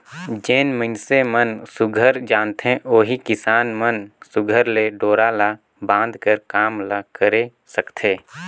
जेन मइनसे मन सुग्घर जानथे ओही किसान मन सुघर ले डोरा ल बांधे कर काम ल करे सकथे